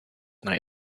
night